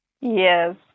Yes